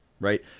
right